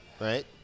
right